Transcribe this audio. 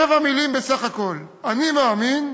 שבע מילים, בסך הכול: "אני מאמין,